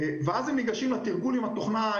אז הם ניגשים לתרגול עם התוכנה,